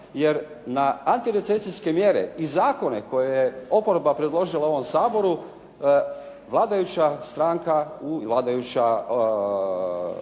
jer na antirecesijske mjere i zakone koje je oporba predložila ovom Saboru vladajuća stranka, vladajuća